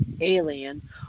alien